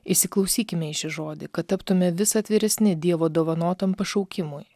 įsiklausykime į šį žodį kad taptume vis atviresni dievo dovanotam pašaukimui